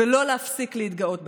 ולא להפסיק להתגאות בכך.